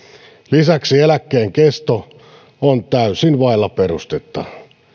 lisäksi eläkkeen kesto on täysin vailla perustetta